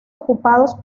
ocupados